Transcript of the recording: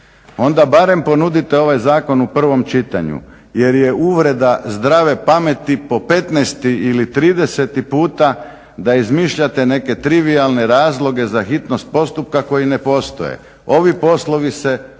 onda barem ponudite ovaj zakon u prvom čitanju. Jer je uvreda zdrave pameti po 15 ili 30 puta da izmišljate neke trivijalne razloge za hitnost postupka koji ne postoje. Ovi poslovi se i danas